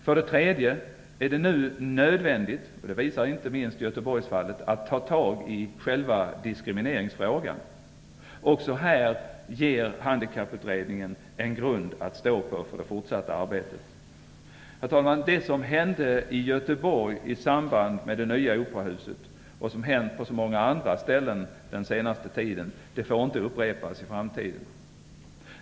För det tredje är det nu nödvändigt - det visar inte minst Göteborgsfallet - att ta tag i själva diskrimineringsfrågan. Också här ger Handikapputredningen en grund att stå på för det fortsatta arbetet. Herr talman! Det som hände i Göteborg i samband med byggandet av det nya operahuset och som har hänt på så många andra ställen under den senaste tiden får inte upprepas i framtiden.